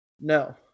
No